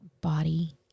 body